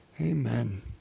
Amen